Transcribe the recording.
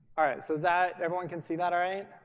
all right so that everyone can see that. all right?